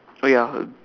oh ya